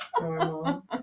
Normal